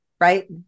right